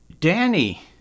Danny